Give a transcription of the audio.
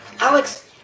Alex